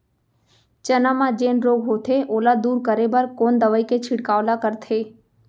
चना म जेन रोग होथे ओला दूर करे बर कोन दवई के छिड़काव ल करथे?